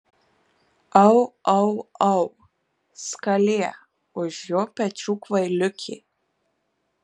au au au skalija už jo pečių kvailiukė